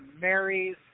Mary's